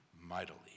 mightily